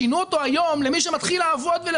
שינו אותו היום למי שמתחיל לעבוד,